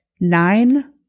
Nine